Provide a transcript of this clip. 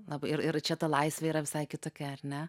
lab ir ir čia ta laisvė yra visai kitokia ar ne